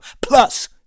plus